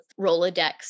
rolodex